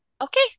Okay